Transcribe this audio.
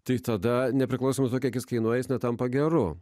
tai tada nepriklausomos o kiek jis kainuoja jis netampa geru